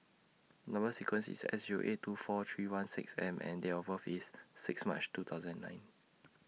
Number sequence IS S Zero eight two four three one six M and Date of birth IS six March two thousand nine